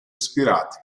ispirati